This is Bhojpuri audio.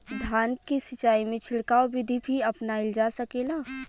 धान के सिचाई में छिड़काव बिधि भी अपनाइल जा सकेला?